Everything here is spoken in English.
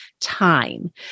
time